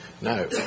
No